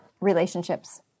relationships